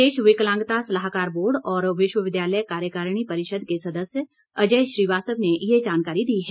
प्रदेश विकलांगता सलाहकार बोर्ड और विश्वविद्यालय कार्यकारिणी परिषद के सदस्य अजय श्रीवास्तव ने ये जानकारी दी है